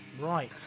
Right